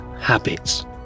habits